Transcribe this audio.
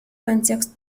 контекст